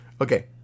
Okay